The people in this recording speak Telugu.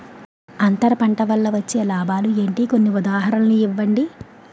అంతర పంట వల్ల వచ్చే లాభాలు ఏంటి? కొన్ని ఉదాహరణలు ఇవ్వండి?